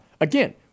again